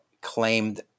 claimed